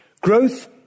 Growth